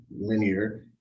linear